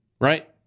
right